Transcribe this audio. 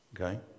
okay